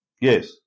Yes